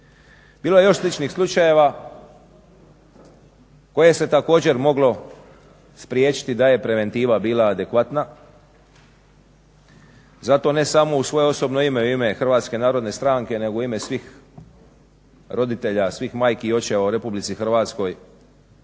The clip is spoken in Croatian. Bilo je još sličnih slučajeva koje se također moglo spriječiti da je preventiva bila adekvatna. Zato ne samo u svoje osobno ime i u ime HNS-a nego u ime svih roditelja, svih majki i očeva u RH apeliram